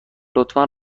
لطفا